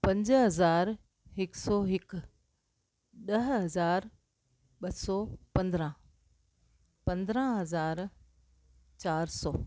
पंज हज़ार हिकु सौ हिकु ॾह हज़ार ॿ सौ पंद्राहं पंद्राहं हज़ार चारि सौ